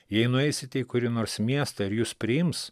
jei nueisite į kurį nors miestą ir jus priims